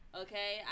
okay